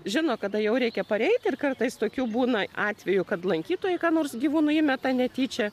žino kada jau reikia pareiti ir kartais tokių būna atvejų kad lankytojai ką nors gyvūnui įmeta netyčia